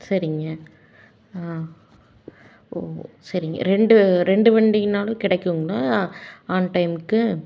சரிங்க ஆ ஓ சரிங்க ரெண்டு ரெண்டு வண்டினாலும் கிடைக்குங்களா ஆன் டைம்க்கு